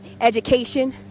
Education